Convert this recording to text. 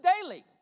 daily